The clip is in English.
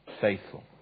faithful